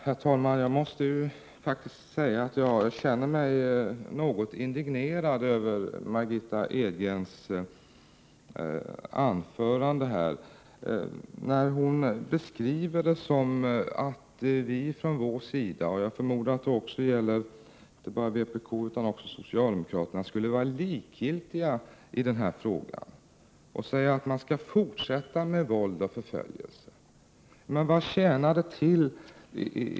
Herr talman! Jag måste faktiskt säga att jag känner mig något indignerad över Margitta Edgrens inlägg, när hon beskriver det som att vi — jag förmodar att det inte bara gäller vpk utan också socialdemokraterna — skulle vara likgiltiga i den här frågan och att vi skulle säga att man skall fortsätta med våld och förföljelse.